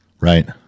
right